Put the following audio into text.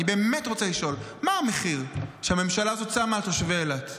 אני באמת רוצה לשאול: מה המחיר שהממשלה הזאת שמה על תושבי אילת?